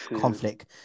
conflict